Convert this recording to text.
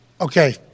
Okay